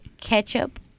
Ketchup